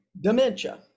dementia